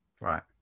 right